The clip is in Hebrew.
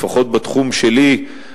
לפחות בתחום שלי,